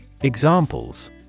Examples